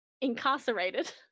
incarcerated